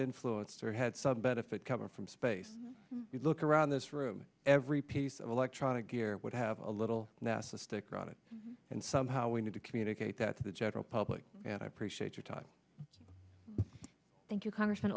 influenced or had some benefit coming from space we look around this room every piece of electronic gear would have a little nasa sticker on it and somehow we need to communicate that to the general public and i appreciate your time thank you congressman